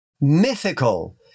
mythical